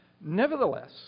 Nevertheless